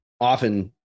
often